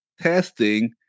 testing